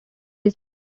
his